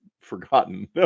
forgotten